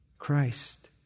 Christ